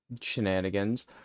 shenanigans